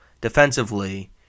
defensively